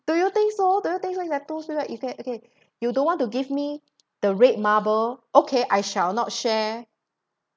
do you think so do you think things like okay okay you don't want to give me the red marble okay I shall not share